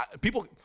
people